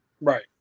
Right